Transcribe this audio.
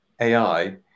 AI